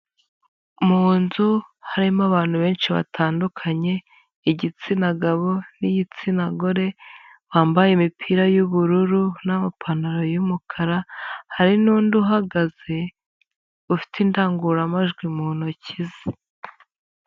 Mu nzu harimo abantu benshi batandukanye, igitsina gabo n'igitsina gore, bambaye imipira y'ubururu n'amapantaro y'umukara, hari n'undi uhagaze, ufite indangururamajwi mu ntoki ze.